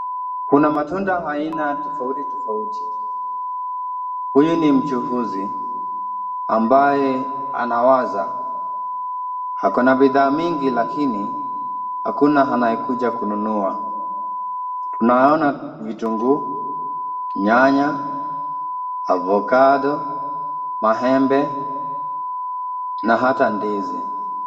Kuna matunda aina tofauti tofauti. Huyu ni mchuuzi ambaye anawaza. Ako na bidhaa mingi lakini hakuna anayekuja kununua. Tunaona vitunguu, nyanya, ovacado , maembe na hata ndizi.